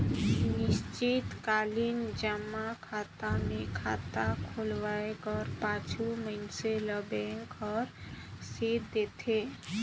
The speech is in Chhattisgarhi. निस्चित कालीन जमा खाता मे खाता खोलवाए कर पाछू मइनसे ल बेंक हर रसीद देथे